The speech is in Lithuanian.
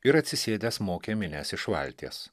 ir atsisėdęs mokė minias iš valties